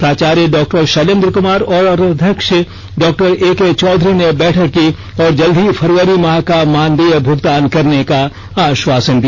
प्राचार्य डॉ शैलेंद्र कमार और अध्यक्ष डॉ एके चौधरी ने बैठक की और जल्द ही फरवरी माह का मानदेय भूगतान करने का आश्वासन दिया